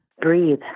Breathe